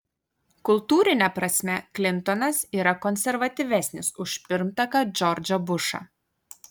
kultūrine prasme klintonas yra konservatyvesnis už pirmtaką džordžą bušą